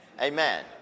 Amen